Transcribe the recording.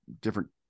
different